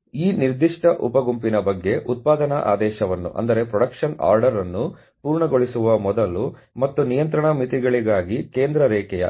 ಆದ್ದರಿಂದ ಈ ನಿರ್ದಿಷ್ಟ ಉಪ ಗುಂಪಿನ ಬಗ್ಗೆ ಉತ್ಪಾದನಾ ಆದೇಶವನ್ನು ಪೂರ್ಣಗೊಳಿಸುವ ಮೊದಲು ಮತ್ತು ನಿಯಂತ್ರಣ ಮಿತಿಗಳಿಗಾಗಿ ಕೇಂದ್ರ ರೇಖೆಯ